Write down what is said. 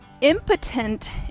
impotent